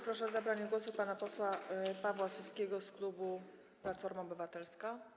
Proszę o zabranie głosu pana posła Pawła Suskiego z klubu Platforma Obywatelska.